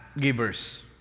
givers